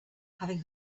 having